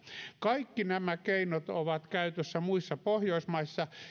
kaikki nämä keinot ovat käytössä muissa pohjoismaissa